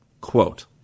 quote